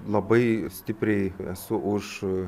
labai stipriai esu už